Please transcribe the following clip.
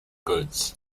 goods